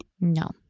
No